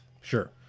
sure